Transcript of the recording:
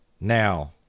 now